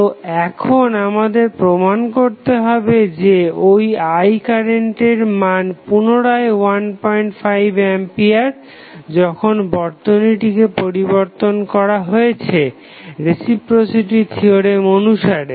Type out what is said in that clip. তো এখন আমাদের প্রমাণ করতে হবে যে ঐ I কারেন্টের মান পুনরায় 15 আম্পিয়ার যখন বর্তনীটিকে পরিবর্তন করা হয়েছে রেসিপ্রোসিটি থিওরেম অনুসারে